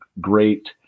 Great